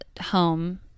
home